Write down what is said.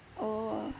oh